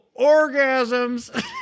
orgasms